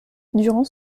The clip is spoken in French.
durant